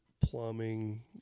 plumbing